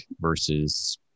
versus